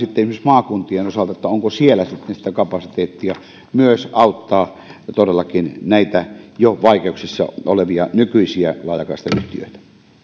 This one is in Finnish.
esimerkiksi maakuntien osalta onko siellä sitten sitä kapasiteettia myös auttaa näitä jo vaikeuksissa olevia nykyisiä laajakaistayhtiöitä